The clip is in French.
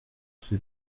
ses